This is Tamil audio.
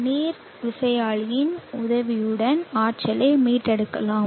நீர் விசையாழியின் உதவியுடன் ஆற்றலை மீட்டெடுக்கலாம்